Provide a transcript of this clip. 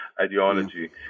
ideology